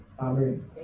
Amen